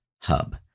Hub